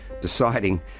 Deciding